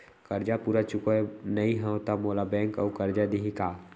करजा पूरा चुकोय नई हव त मोला बैंक अऊ करजा दिही का?